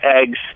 eggs